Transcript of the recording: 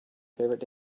favorite